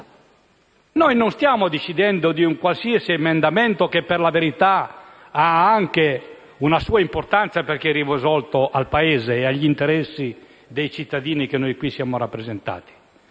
Noi non stiamo decidendo di un qualsiasi emendamento che, per la verità, ha anche una sua importanza perché è rivolto al Paese e agli interessi dei cittadini che rappresentiamo.